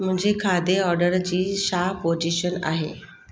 मुंहिंजे खाधे ऑर्डर जी छा पोजीश़न आहे